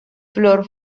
flor